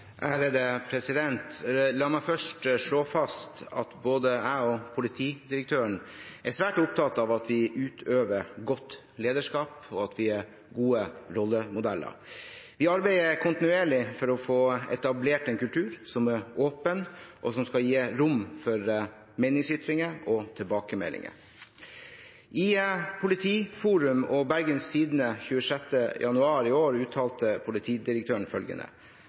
La meg først slå fast at både jeg og politidirektøren er svært opptatt av å utøve godt lederskap og av å være gode rollemodeller. Vi arbeider kontinuerlig for å få etablert en kultur som er åpen, og som skal gi rom for meningsytringer og tilbakemeldinger. I Politiforum og i Bergens Tidende den 26. januar i år uttalte politidirektøren følgende: